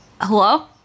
Hello